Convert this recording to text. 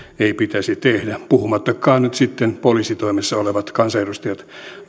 ei pitäisi tehdä puhumattakaan nyt sitten siitä että poliisitoimessa olevat kansanedustajat